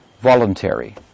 voluntary